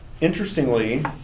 interestingly